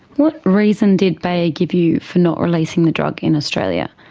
what reason did bayer give you for not releasing the drug in australia?